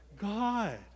God